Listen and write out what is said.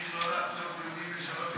לא צריך לעשות דיונים ב-03:00,